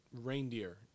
reindeer